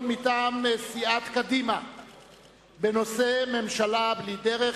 מטעם סיעת קדימה בנושא: ממשלה בלי דרך,